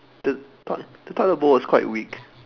the toi~ the toilet bowl was quite weak